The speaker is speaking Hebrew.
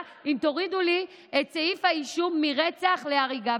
אם תורידו לי את סעיף האישום מרצח להריגה,